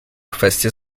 kwestię